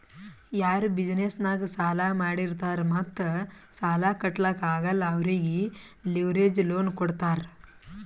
ಯಾರು ಬಿಸಿನೆಸ್ ನಾಗ್ ಸಾಲಾ ಮಾಡಿರ್ತಾರ್ ಮತ್ತ ಸಾಲಾ ಕಟ್ಲಾಕ್ ಆಗಲ್ಲ ಅವ್ರಿಗೆ ಲಿವರೇಜ್ ಲೋನ್ ಕೊಡ್ತಾರ್